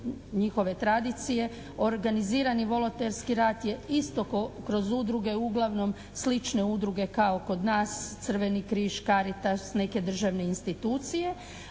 njihove tradicije. Organizirani volonterski rad je isto kroz udruge uglavnom slične udruge kao kod nas Crveni križ, Caritas, neke državne institucije.